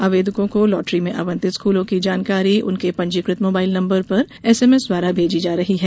आवेदको को लॉटरी में आवंटित स्कूलों की जानकारी उनके पंजीकृत मोबाइल नंबर पर एसएमएस द्वारा भेजी जा रही है